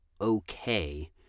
okay